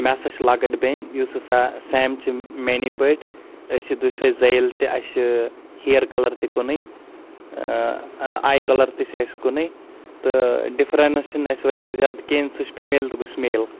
مےٚ سَہ چھِ لَکٕٹ بیٚنہِ یُس ہَسا سیم چھِ میٲنی پٲٹھۍ أسۍ چھِ دُشوَے زٲیِل تہِ اَسِہ چھِ ہِیَر کَلَر تہِ کُنُے آیی کَلَر تہِ چھِ اَسہِ کُنُے تہٕ ڈِفرَنٕس چھِنہٕ اَسِہ ویسے زیادٕ کِہینۍ سُہ چھِ فِمیل تہٕ بہٕ چھُس میل